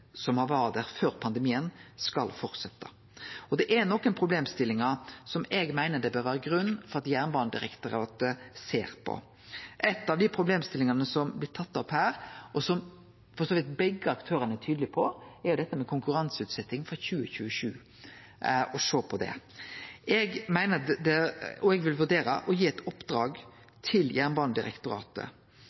Det er nokre problemstillingar som eg meiner det bør vere grunn for at Jernbanedirektoratet ser på. Ei av dei problemstillingane som blir tatt opp her, og som for så vidt begge aktørane er tydelege på, er dette med å sjå på konkurranseutsetjing frå 2027, og eg vil vurdere å gi eit oppdrag til Jernbanedirektoratet.